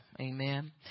Amen